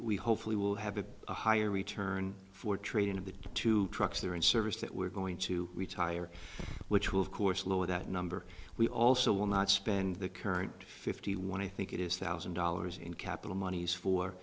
we hopefully will have a higher return for training of the two trucks there in service that we're going to retire which will of course lower that number we also will not spend the current fifty one i think it is thousand dollars in capital monies for